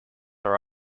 are